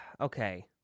Okay